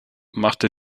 machte